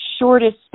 shortest